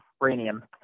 uranium